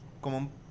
como